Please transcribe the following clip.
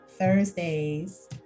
thursdays